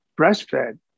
breastfed